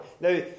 Now